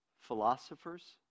philosophers